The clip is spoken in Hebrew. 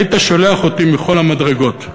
היית שולח אותי מכל המדרגות.